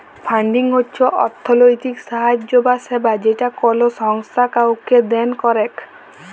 funding হচ্ছ অর্থলৈতিক সাহায্য বা সেবা যেটা কোলো সংস্থা কাওকে দেন করেক